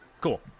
Cool